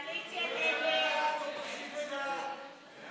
ההצעה להעביר לוועדה את הצעת חוק הצעת חוק דמי מחלה (תיקון,